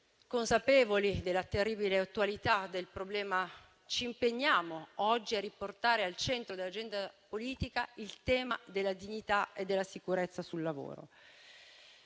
consapevoli della terribile attualità del problema, ci impegniamo oggi a riportare al centro dell'agenda politica il tema della dignità e della sicurezza sul lavoro.